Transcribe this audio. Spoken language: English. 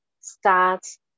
starts